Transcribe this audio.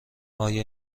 آیا